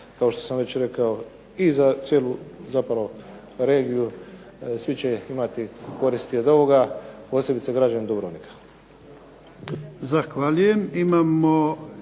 kao što sam već rekao, i za cijelu zapravo regiju. Svi će imati koristi od ovoga, posebice građani Dubrovnika.